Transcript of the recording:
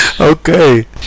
Okay